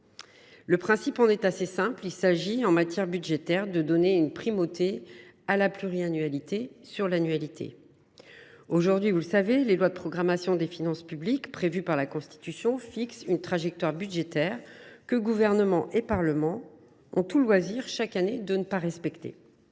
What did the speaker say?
Le principe en est assez simple. Il s’agit, en matière budgétaire, de donner la primauté à la pluriannualité sur l’annualité. Aujourd’hui, les lois de programmation des finances publiques, prévues par la Constitution, fixent une trajectoire budgétaire que le Gouvernement et le Parlement ont tout loisir, chaque année, de ne pas respecter.